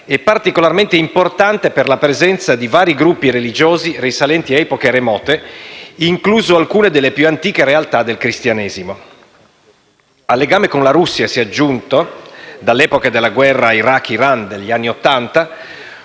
e particolarmente importante per la presenza di vari gruppi religiosi risalenti a epoche remote, incluse alcune delle più antiche realtà del cristianesimo. Al legame con la Russia si è aggiunto, dall'epoca della Guerra Iraq-Iran negli anni Ottanta,